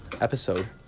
episode